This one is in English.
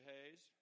Hayes